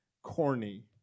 corny